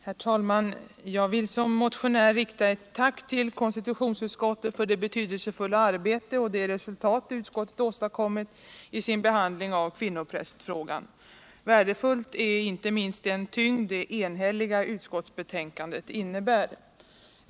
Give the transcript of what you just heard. Herr talman! Jag vill som motionär rikta ett tack till konstitutionsutskottet för det betydelsefulla arbete och det resultat utskottet åstadkommit vid sin behandling av kvinnoprästfrågan. Värdefullt är inte minst den tyngd det enhälliga utskottsbetänkandet innebär.